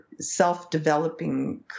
self-developing